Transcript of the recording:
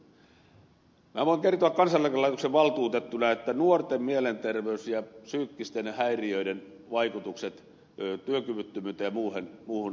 minä voin kertoa kansaneläkelaitoksen valtuutettuna että nuorten mielenterveys ja psyykkisten häiriöiden vaikutukset työkyvyttömyyteen ja muuhun ovat räjähtämässä nyt